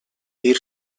dir